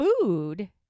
food